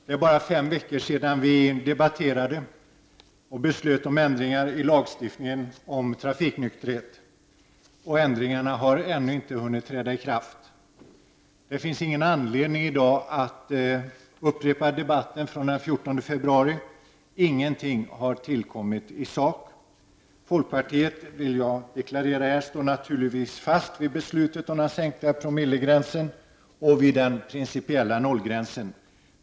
Herr talman! Det är bara fem veckor sedan som vi debatterade och beslöt om ändringar i lagstiftningen om trafiknykterhet, och ändringarna har ännu inte hunnit träda i kraft. Det finns ingen anledning i dag att upprepa debatten från den 14 februari. Ingenting har tillkommit i sak. Jag vill här deklarera att folkpartiet naturligtvis står fast vid beslutet om den sänkta promillegränsen och vid den principiella nollgränsen.